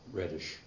reddish